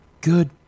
Good